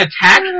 attack